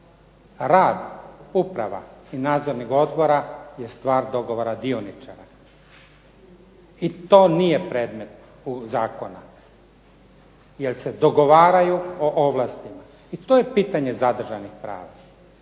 Rad uprava i nadzornog odbora je stvar dogovora dioničara, i to nije predmet zakona, jer se dogovaraju o ovlastima, i to je pitanje zadržanih prava.